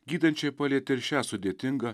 gydančiai palietė ir šią sudėtingą